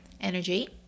energy